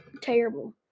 terrible